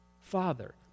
Father